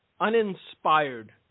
uninspired